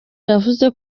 yavuze